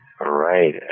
Right